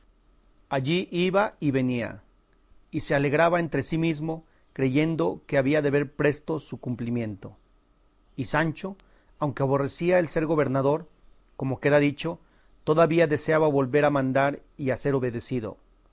allí iba y venía y se alegraba entre sí mismo creyendo que había de ver presto su cumplimiento y sancho aunque aborrecía el ser gobernador como queda dicho todavía deseaba volver a mandar y a ser obedecido